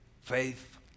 faith